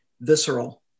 visceral